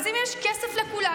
אז אם יש כסף לכולם,